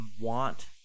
want